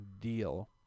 deal